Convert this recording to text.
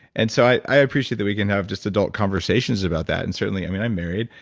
and so i appreciate that we can have just adult conversations about that, and certainly, i mean i'm married.